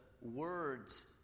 word's